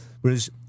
Whereas